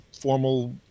formal